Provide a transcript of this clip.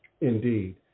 indeed